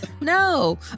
No